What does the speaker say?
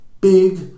big